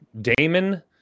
Damon